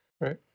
right